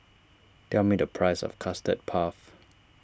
tell me the price of Custard Puff